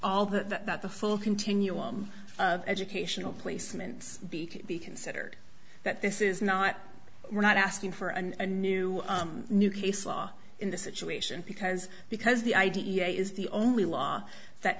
all that that the full continuum of educational placements be could be considered that this is not we're not asking for and new new case law in the situation because because the idea is the only law that